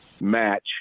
match